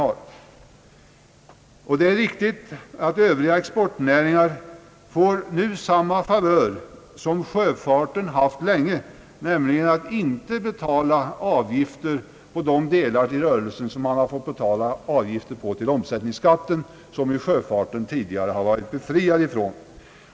Men det är riktigt att övriga exportnäringar nu får samma favör som sjöfarten haft länge, nämligen att inte behöva betala avgifter på de delar i rörelsen för vilka man betalar omsättningsskatt, från vilket sjöfarten tidigare har varit befriad.